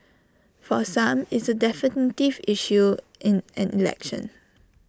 for some it's A definitive issue in an election